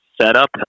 setup